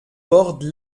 borde